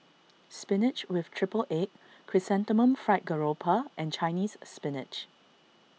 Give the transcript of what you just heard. Spinach with Triple Egg Chrysanthemum Fried Garoupa and Chinese Spinach